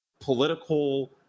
political